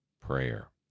prayer